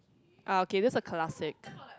ah okay that's a classic